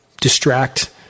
distract